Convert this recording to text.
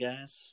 guys